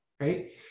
right